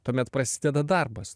tuomet prasideda darbas